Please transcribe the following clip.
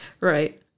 Right